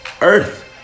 earth